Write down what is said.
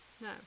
No